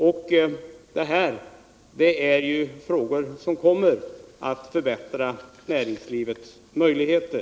Insatser av den här typen kommer att förbättra näringslivets möjligheter.